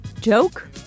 Joke